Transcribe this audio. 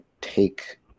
take